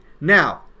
Now